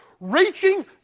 Reaching